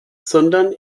sondern